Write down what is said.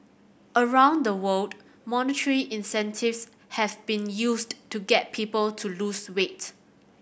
around the world monetary incentives have been used to get people to lose weight